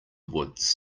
woods